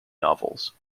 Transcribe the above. novels